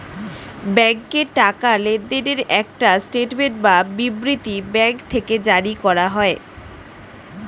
ব্যাংকে টাকা লেনদেনের একটা স্টেটমেন্ট বা বিবৃতি ব্যাঙ্ক থেকে জারি করা হয়